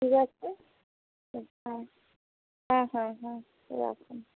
ঠিক আছে হ্যাঁ হ্যাঁ হ্যাঁ রাখুন